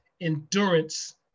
endurance